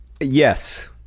Yes